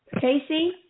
Casey